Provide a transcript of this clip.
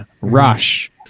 Rush